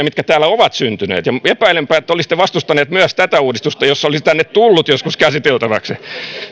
mitkä täällä ovat syntyneet ja epäilenpä että te olisitte vastustaneet myös tätä uudistusta jos se olisi tänne tullut joskus käsiteltäväksi te